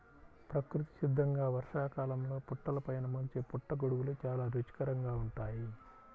ప్రకృతి సిద్ధంగా వర్షాకాలంలో పుట్టలపైన మొలిచే పుట్టగొడుగులు చాలా రుచికరంగా ఉంటాయి